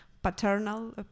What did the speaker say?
paternal